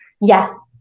Yes